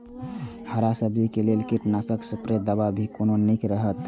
हरा सब्जी के लेल कीट नाशक स्प्रै दवा भी कोन नीक रहैत?